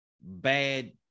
bad